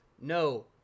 no